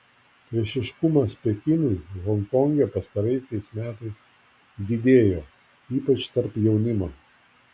priešiškumas pekinui honkonge pastaraisiais metais didėjo ypač tarp jaunimo